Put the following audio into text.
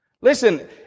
Listen